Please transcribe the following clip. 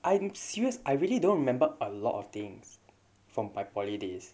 I am serious I really don't remember a lot of things from my poly days